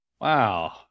Wow